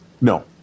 No